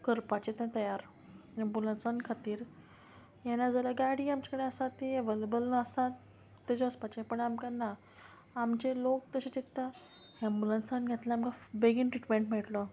करपाचें तें तयार एम्बुलंसां खातीर हें नाजाल्या गाडी आमचे कडेन आसा ती एवेलेबल आसात तशें वचपाचें पण आमकां ना आमचे लोक तशें चित्ता एम्बुलन्सान घेतल्यार आमकां बेगीन ट्रिटमेंट मेयटलो